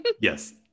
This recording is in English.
Yes